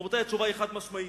רבותי, התשובה היא חד-משמעית: